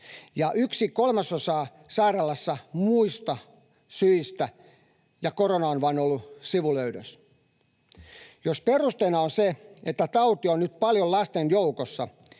ja yksi kolmasosa sairaalassa muista syistä, ja korona on ollut vain sivulöydös. Jos perusteena on se, että tautia on nyt paljon lasten joukossa,